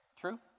True